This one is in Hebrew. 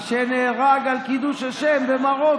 אח של הבבא סאלי, שנהרג על קידוש השם במרוקו.